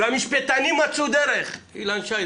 והמשפטנים מצאו דרך אילן שי,